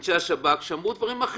שהיו כאן אנשי השב"כ שאמרו דברים אחרים,